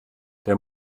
der